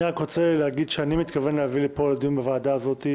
אני רוצה להגיד שאני מתכוון להביא לדיון בוועדה הזאת,